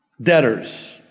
debtors